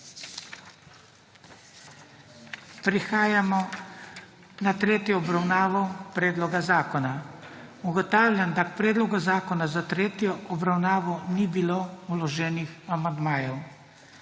Prehajamo na **tretjo obravnavo predloga zakona.** Ugotavljam, da k predlogu zakona za tretjo obravnavo ni bilo vloženih amandmajev.